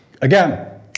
again